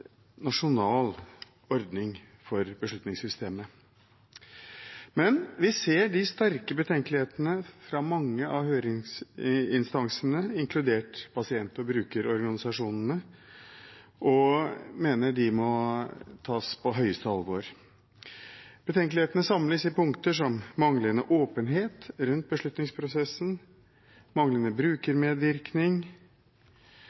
nasjonal ordning for beslutningssystemet, men vi ser de sterke betenkelighetene fra mange av høringsinstansene, inkludert pasient- og brukerorganisasjonene, og mener de må tas på høyeste alvor. Betenkelighetene samles i punkter som manglende åpenhet rundt beslutningsprosessen og manglende